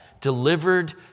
delivered